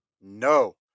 No